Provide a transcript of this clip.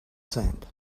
sand